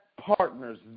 partners